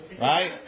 right